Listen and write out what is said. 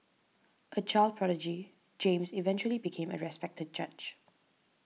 a child prodigy James eventually became a respected judge